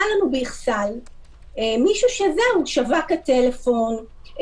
היה לנו באיכסאל ששווק הטלפון,